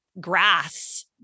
grass